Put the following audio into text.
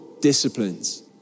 disciplines